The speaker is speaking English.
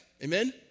Amen